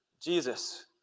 Jesus